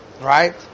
right